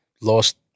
lost